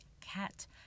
Cat